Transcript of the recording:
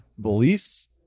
beliefs